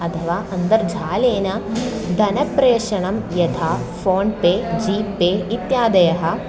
अथवा अन्तर्जालेन धनप्रेषणं यथा फ़ोन्पे जी पे इत्यादयः